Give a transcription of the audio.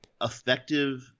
effective